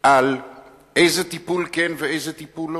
על איזה טיפול כן ואיזה טיפול לא,